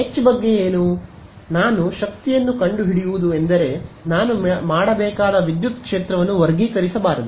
H ಬಗ್ಗೆ ಏನು ನಾನು ಶಕ್ತಿಯನ್ನು ಕಂಡುಹಿಡಿಯುವುದು ಎಂದರೆ ನಾನು ಮಾಡಬೇಕಾದ ವಿದ್ಯುತ್ ಕ್ಷೇತ್ರವನ್ನು ವರ್ಗೀಕರಿಸಬಾರದು